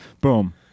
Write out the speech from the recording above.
boom